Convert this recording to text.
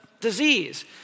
disease